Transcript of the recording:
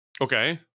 Okay